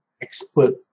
expert